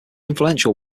influential